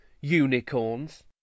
unicorns